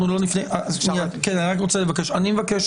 אני מבקש